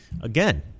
Again